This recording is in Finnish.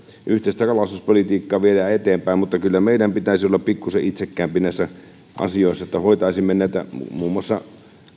yhteistä kalastuspolitiikkaa viedään eteenpäin mutta kyllä meidän pitäisi olla pikkuisen itsekkäämpiä näissä asioissa että hoitaisimme näitä muun muassa